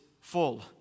full